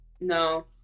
No